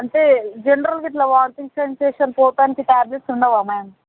అంటే జనరల్గా ఇలా వామిటింగ్ సెన్సేషన్ పోవటానికి ట్యాబ్లెట్స్ ఉండవా మ్యామ్